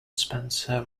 spencer